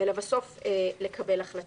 ולבסוף לקבל החלטה.